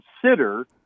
consider